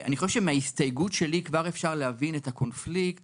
אני חושב שמההסתייגות שלי כבר אפשר להבין את הקונפליקט